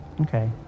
Okay